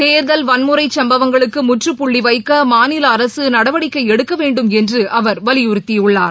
தேர்தல் வன்முறைச் சம்பவங்களுக்கு முற்றுப்புள்ளி வைக்க மாநில அரசு நடவடிக்கை எடுக்கவேண்டும் என்று அவர் வலியுறுத்தினார்